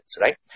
right